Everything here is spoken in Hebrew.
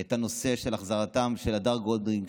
את הנושא של החזרתם של הדר גולדין,